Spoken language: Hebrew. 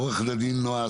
עורכת הדין נועה